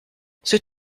c’est